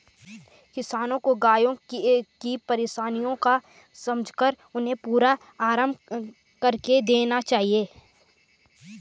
किसानों को गायों की परेशानियों को समझकर उन्हें पूरा आराम करने देना चाहिए